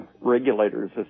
regulators